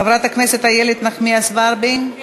חברת הכנסת איילת נחמיאס ורבין, בבקשה.